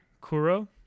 Kuro